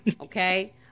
okay